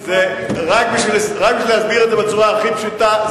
רק בשביל להסביר את זה בצורה הכי פשוטה,